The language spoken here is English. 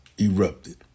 erupted